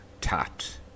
Tat